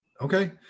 Okay